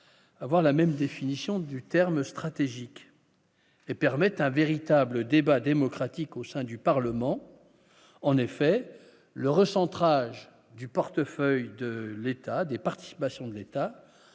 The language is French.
d'avoir la même définition du terme stratégique et permettent un véritable débat démocratique au sein du Parlement, en effet, le recentrage du portefeuille de l'État a des participations de l'État